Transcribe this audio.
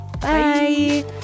Bye